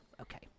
okay